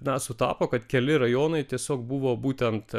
na sutapo kad keli rajonai tiesiog buvo būtent